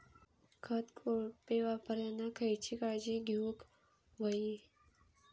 खत कोळपे वापरताना खयची काळजी घेऊक व्हयी?